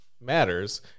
matters